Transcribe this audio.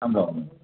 थांबावं मग